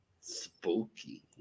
Spooky